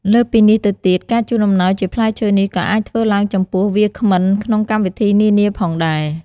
លើសពីនេះទៅទៀត ការជូនអំណោយជាផ្លែឈើនេះក៏អាចធ្វើឡើងចំពោះ វាគ្មិនក្នុងកម្មវិធីនានាផងដែរ។